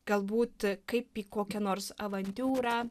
galbūt kaip į kokią nors avantiūrą